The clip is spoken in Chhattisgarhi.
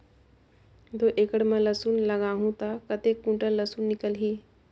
दो एकड़ मां लसुन लगाहूं ता कतेक कुंटल लसुन निकल ही?